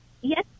Yes